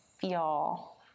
feel